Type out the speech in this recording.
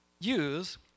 use